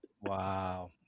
Wow